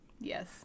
Yes